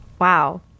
Wow